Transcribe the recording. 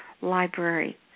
library